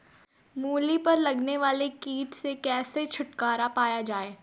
मूली पर लगने वाले कीट से कैसे छुटकारा पाया जाये?